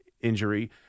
injury